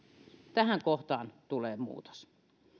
tähän kohtaan tulee muutos